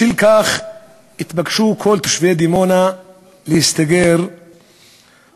בשל כך התבקשו כל תושבי דימונה להסתגר בבתיהם,